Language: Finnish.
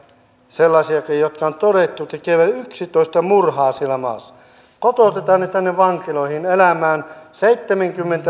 joka hallituskaudella se on otettu tavoitteeksi ja sitten siihen on aina tullut jotain haastetta